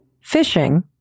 fishing